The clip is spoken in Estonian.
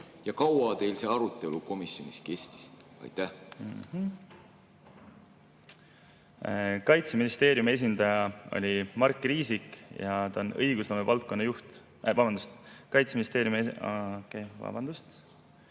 kui kaua teil see arutelu komisjonis kestis? Kaitseministeeriumi esindaja oli Mark Riisik ja ta on õigusloome valdkonna juht. Vabandust, Kaitseministeeriumist